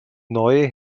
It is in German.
neue